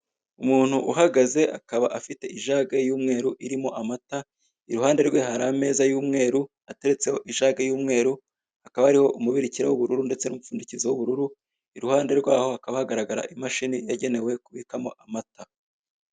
Umuntu uahagaze akaba afite ijage y'umweru irimo amata, iruhande rwe hari ameza y'umweru hateretseho ijage y'umweru hakaba hariho umubirikira w'ubururu ndetse n'umupfundikizo w'ubururu iruhande rwaho hakaba hagaragara imashini yagenewe kubikwamo amata.